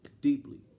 Deeply